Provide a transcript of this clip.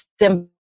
simple